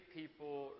people